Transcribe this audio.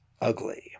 ugly